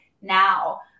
now